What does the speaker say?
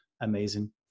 Amazing